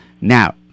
Now